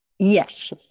Yes